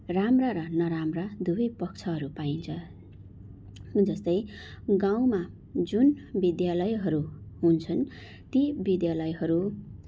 राम्रा र नराम्रा दुवै पक्षहरू पाइन्छ जस्तै गाउँमा जुन विद्यालयहरू हुन्छन् ती विद्यालयहरू